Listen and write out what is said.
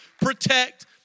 protect